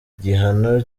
gihano